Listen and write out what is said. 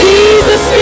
Jesus